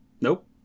Nope